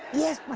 yes!